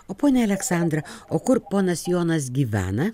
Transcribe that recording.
o ponia aleksandra o kur ponas jonas gyvena